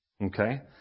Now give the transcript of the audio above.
Okay